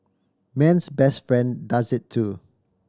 man's best friend does it too